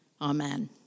Amen